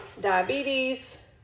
diabetes